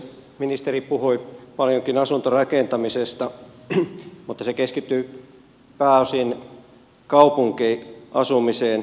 ministeri puhui paljonkin asuntorakentamisesta mutta se keskittyi pääosin kaupunkiasumiseen